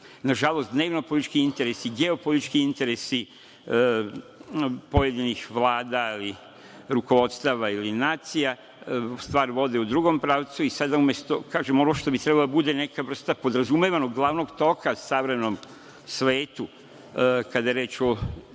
primarna. Nažalost, dnevnopolitički interesi, geopolitički interesi pojedinih vlada, ili rukovodstava ili nacija, stvar vode u drugom pravcu i sada umesto, kažem, ono što bi trebalo da bude neka vrsta podrazumevanog glavnog toga savremenom svetu kada je reč